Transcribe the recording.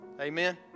Amen